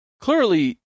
clearly